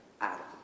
Adam